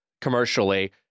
commercially